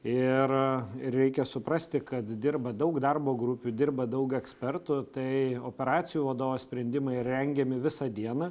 ir reikia suprasti kad dirba daug darbo grupių dirba daug ekspertų tai operacijų vadovo sprendimai rengiami visą dieną